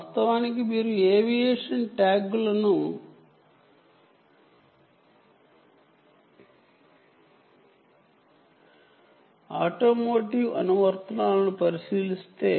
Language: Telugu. వాస్తవానికి మీరు ఏవియేషన్ ట్యాగ్లను పరిశీలిస్తే ఈ ట్యాగ్లు ఒక విమానం యొక్క ప్రతి సీటుకు దిగువన ఉన్న సేఫ్టీ వెస్ట్స్ కోసం ఉపయోగించబడతాయి